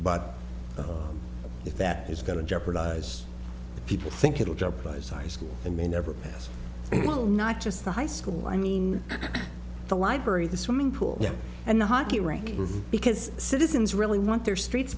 but if that is going to jeopardize people think it will jeopardize high school and may never pass well not just the high school i mean the library the swimming pool and the hockey rink because citizens really want their streets